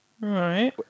Right